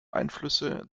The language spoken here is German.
einflüsse